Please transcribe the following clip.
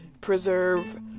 preserve